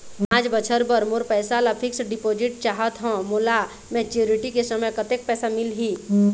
पांच बछर बर मोर पैसा ला फिक्स डिपोजिट चाहत हंव, मोला मैच्योरिटी के समय कतेक पैसा मिल ही?